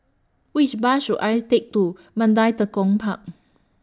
Which Bus should I Take to Mandai Tekong Park